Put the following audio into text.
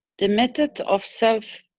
the method of self,